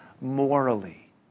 morally